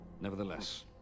Nevertheless